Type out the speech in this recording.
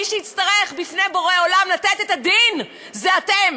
מי שיצטרך לתת את הדין בפני בורא עולם זה אתם,